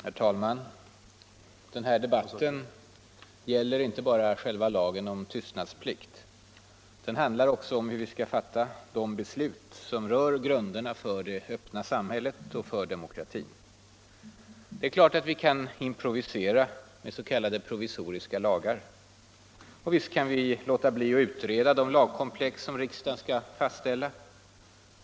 Herr talman! Den här debatten gäller inte bara själva lagen om tystnadsplikt. Den handlar också om hur vi skall fatta de beslut som rör grunderna för det öppna samhället och för demokratin. Det är klart att vi kan improvisera med s.k. provisoriska lagar. Visst kan vi låta bli att utreda de lagkomplex som riksdagen skall fastställa.